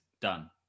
Done